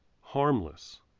harmless